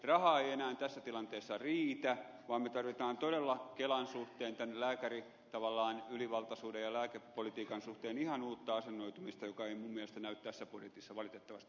raha ei enää tässä tilanteessa riitä vaan me tarvitsemme todella kelan suhteen tavallaan tämän lääkäriylivaltaisuuden ja lääkepolitiikan suhteen ihan uutta asennoitumista joka ei minun mielestäni näy tässä budjetissa valitettavasti yhtään